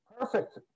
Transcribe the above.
Perfect